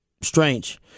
strange